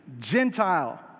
Gentile